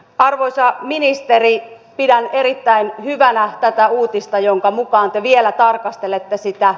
arvoisa ministeri pidän erittäin hyvänä tätä uutista jonka mukaan te vielä tarkastelette sitä